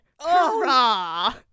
Hurrah